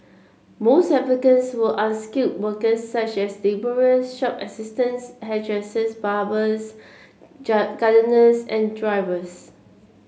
most applicants were unskilled worker such as labourer shop assistants hairdressers barbers gardeners and drivers